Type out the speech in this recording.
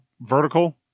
vertical